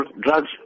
drugs